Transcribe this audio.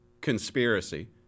conspiracy